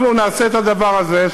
אנחנו נעשה את הדבר הזה,